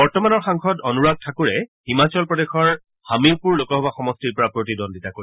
বৰ্তমানৰ সাংসদ অনুৰাগ ঠাকুৰে হিমাচল প্ৰদেশৰ হামিৰপুৰ লোকসভা সমষ্টিৰ পৰা প্ৰতিদ্বন্দ্বিতা কৰিব